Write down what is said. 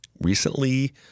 recently